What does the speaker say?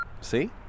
See